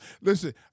Listen